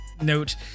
note